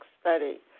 Study